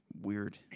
Weird